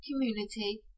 community